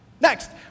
Next